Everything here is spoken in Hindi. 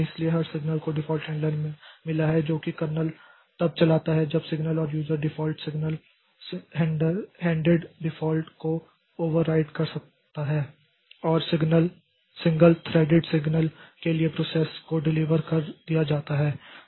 इसलिए हर सिग्नल को डिफॉल्ट हैंडलर मिला है जो कि कर्नेल तब चलता है जब सिंगल और user default single handed default को ओवरराइड कर सकता है और सिंगल थ्रेडेड सिग्नल के लिए प्रोसेस को डिलीवर कर दिया जाता है